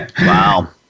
wow